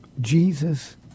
Jesus